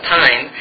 time